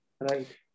Right